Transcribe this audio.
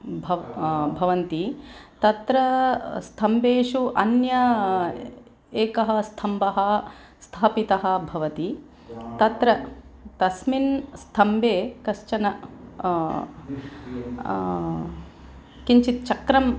भव् भवन्ति तत्र स्तम्भेषु अन्यः एकः स्तम्भः स्थापितः भवति तत्र तस्मिन् स्तम्भे कश्चन किञ्चित् चक्रम्